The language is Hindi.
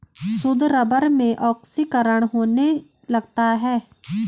शुद्ध रबर में ऑक्सीकरण होने लगता है